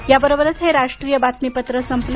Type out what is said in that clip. याबरोबरच हे राष्ट्रीय बातमीपत्र संपलं